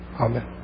Amen